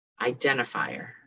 identifier